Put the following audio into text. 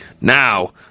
Now